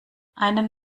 einen